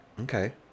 Okay